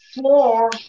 four